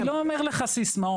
אני לא אומר לך סיסמאות,